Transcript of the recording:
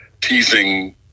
teasing